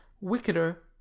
wickeder